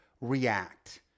react